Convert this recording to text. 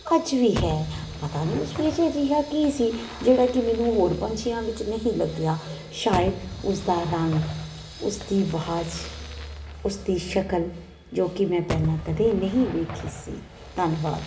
ਅੱਜ ਵੀ ਹੈ ਪਤਾ ਨੀ ਉਸ ਵਿੱਚ ਅਜਿਹਾ ਕੀ ਸੀ ਜਿਹੜਾ ਕਿ ਮੈਨੂੰ ਹੋਰ ਪੰਛੀਆਂ ਵਿੱਚ ਨਹੀਂ ਲੱਗਿਆ ਸ਼ਾਇਦ ਉਸਦਾ ਰੰਗ ਉਸਦੀ ਵਾਜ ਉਸਦੀ ਸ਼ਕਲ ਜੋ ਕੀ ਮੈਂ ਪਹਿਲਾਂ ਕਦੇ ਨਹੀਂ ਵੇਖੀ ਸੀ ਧੰਨਵਾਦ